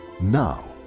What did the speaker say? now